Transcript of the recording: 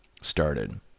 started